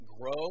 grow